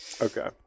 Okay